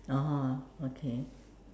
(uh huh) okay